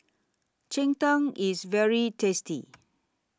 Cheng Tng IS very tasty